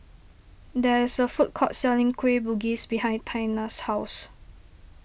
there is a food court selling Kueh Bugis behind Tiana's house